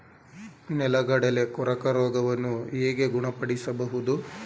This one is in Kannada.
ನೆಲಗಡಲೆ ಕೊರಕ ರೋಗವನ್ನು ಹೇಗೆ ಗುಣಪಡಿಸಬಹುದು?